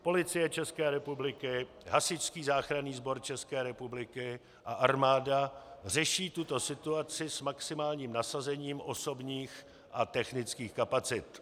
Policie České republiky, Hasičský záchranný sbor České republiky a armáda řeší tuto situaci s maximálním nasazením osobních a technických kapacit.